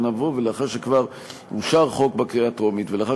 שנבוא ולאחר שכבר אושר חוק בקריאה הטרומית ולאחר